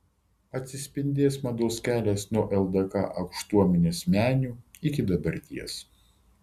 atsispindės mados kelias nuo ldk aukštuomenės menių iki dabarties